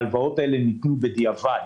ההלוואות האלה ניתנו בדיעבד.